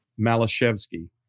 Malashevsky